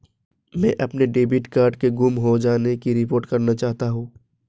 मैं अपने debit card के गुम हो जाने की रिपोर्ट करना चाहता हूँ